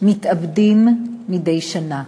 מתאבדים מדי שנה.